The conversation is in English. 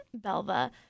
Belva